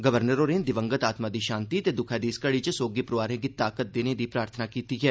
governor होरें दिवंगत आत्मा दी शांति ते द्क्खै दी इस घड़ी च सोगी परोआरै गी ताकत देने दी प्रार्थना कीती ऐ